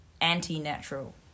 anti-natural